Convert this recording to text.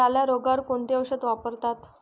लाल्या रोगावर कोणते औषध वापरतात?